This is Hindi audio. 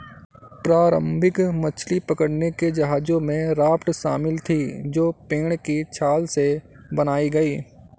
प्रारंभिक मछली पकड़ने के जहाजों में राफ्ट शामिल थीं जो पेड़ की छाल से बनाई गई